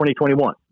2021